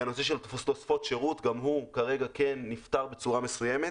הנושא של תוספות שרות גם הוא כרגע כן נפתר בצורה מסוימת.